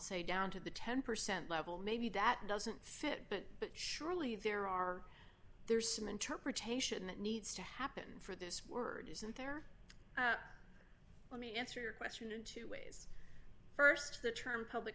say down to the ten percent level maybe that doesn't fit but surely there are there's some interpretation that needs to happen for this word isn't there let me answer your question in two ways st the term public